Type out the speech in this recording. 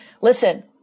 Listen